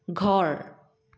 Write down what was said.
ঘৰ